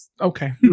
Okay